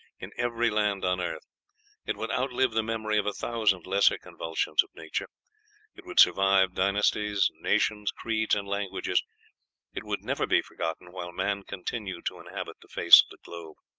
in every land on earth it would outlive the memory of a thousand lesser convulsions of nature it would survive dynasties, nations, creeds, and languages it would never be forgotten while man continued to inhabit the face of the globe.